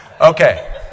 Okay